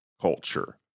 culture